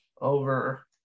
over